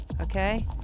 okay